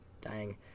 dying